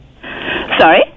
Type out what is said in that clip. Sorry